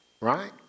right